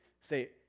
say